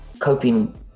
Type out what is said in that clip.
coping